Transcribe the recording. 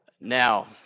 Now